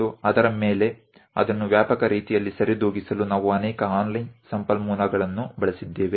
ಮತ್ತು ಅದರ ಮೇಲೆ ಅದನ್ನು ವ್ಯಾಪಕ ರೀತಿಯಲ್ಲಿ ಸರಿದೂಗಿಸಲು ನಾವು ಅನೇಕ ಆನ್ಲೈನ್ ಸಂಪನ್ಮೂಲಗಳನ್ನು ಬಳಸಿದ್ದೇವೆ